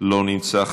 לא נמצא.